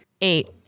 Eight